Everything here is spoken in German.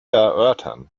erörtern